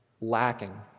lacking